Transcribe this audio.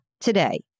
today